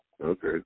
Okay